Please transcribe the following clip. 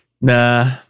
Nah